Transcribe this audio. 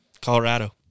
Colorado